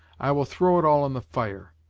i will throw it all in the fire.